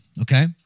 okay